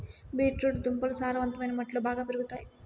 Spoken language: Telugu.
బీట్ రూట్ దుంపలు సారవంతమైన మట్టిలో బాగా పెరుగుతాయి